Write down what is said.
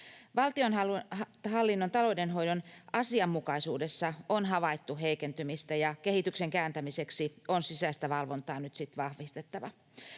Valtionhallinnon taloudenhoidon asianmukaisuudessa on havaittu heikentymistä, ja kehityksen kääntämiseksi on sisäistä valvontaa nyt sitten